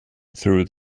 through